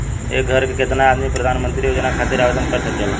एक घर के केतना आदमी प्रधानमंत्री योजना खातिर आवेदन कर सकेला?